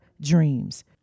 dreams